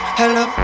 hello